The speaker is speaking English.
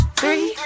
three